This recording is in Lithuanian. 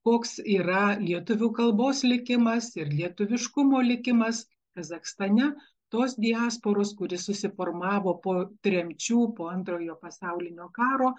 koks yra lietuvių kalbos likimas ir lietuviškumo likimas kazachstane tos diasporos kuri susiformavo po tremčių po antrojo pasaulinio karo